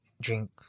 drink